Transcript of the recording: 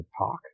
talk